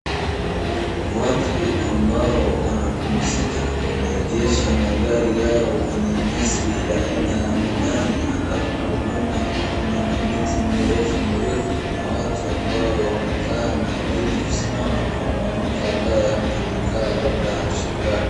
Watu ambao wanapumzika, wameegesha magari yao kwenye nyasi ya aina ya majani, alafu nyuma kuna mamiti mirefu mirefu, kuna watu ambao wamekaa na wengine kusimama, kuna mwanamke ambaye amekaa labda ameshangaa.